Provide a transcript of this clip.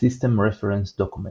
System Reference Documents,